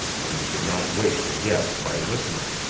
and he could not wait to guess by listening.